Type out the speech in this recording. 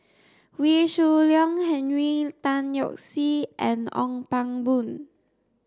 Wee Shoo Leong Henry Tan Yoke See and Ong Pang Boon